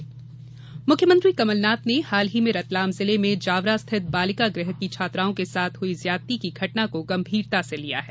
कमलनाथ मुख्यमंत्री कमल नाथ ने हाल ही में रतलाम जिले में जावरा स्थित बालिका गृह की छात्राओं के साथ हुई ज्यादती की घटना को गंभीरता से लिया है